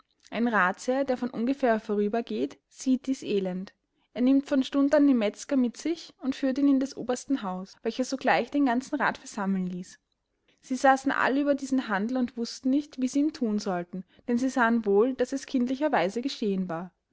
ein rathsherr der von ungefähr vorübergeht sieht dies elend er nimmt von stund an den metzger mit sich und führt ihn in des obersten haus welcher sogleich den ganzen rath versammeln ließ sie saßen all über diesen handel und wußten nicht wie sie ihm thun sollten denn sie sahen wohl daß es kindlicher weise geschehen war